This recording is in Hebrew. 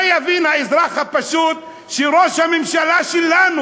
מה יבין האזרח הפשוט כשראש הממשלה שלנו,